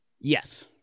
Yes